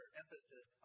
emphasis